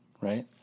right